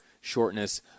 Shortness